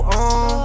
on